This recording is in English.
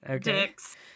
dicks